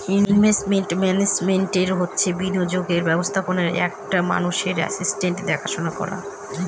investment management হচ্ছে বিনিয়োগের ব্যবস্থাপনা ও একটা মানুষের আসেটসের দেখাশোনা করা